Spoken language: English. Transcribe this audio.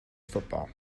football